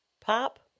Pop